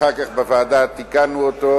אחר כך בוועדה תיקנו אותו,